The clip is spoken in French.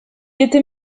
était